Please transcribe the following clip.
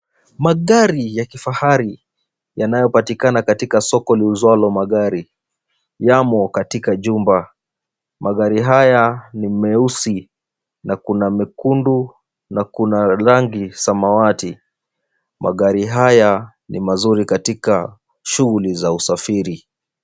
Magari ya kifahari yanayopatikana katika soko liuzwalo magari yamo katika jumba. Magari haya ni meusi na kuna mekundu na kuna rangi samawati. Magari haya ni mazuri katika shughuli za usafiri.